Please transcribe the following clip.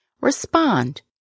Respond